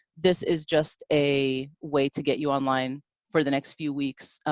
this is just a way to get you online for the next few weeks,